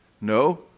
No